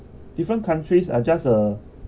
different countries are just a